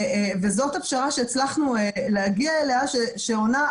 וזאת הפשרה שהצלחנו להגיע עליה שעונה,